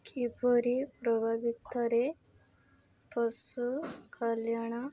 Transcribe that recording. କିପରି ପ୍ରଭାବିତରେ ପଶୁ କଲ୍ୟାଣ